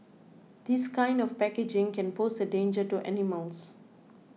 this kind of packaging can pose a danger to animals